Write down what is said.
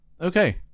Okay